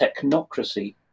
technocracy